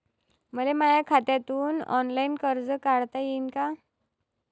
मले माया खात्यातून ऑनलाईन कर्ज काढता येईन का?